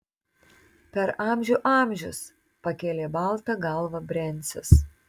per amžių amžius pakėlė baltą galvą brencius